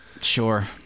Sure